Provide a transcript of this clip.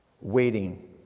waiting